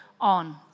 on